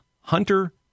Hunter